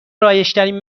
رایجترین